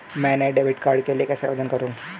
मैं नए debit card के लिए कैसे आवेदन करूं?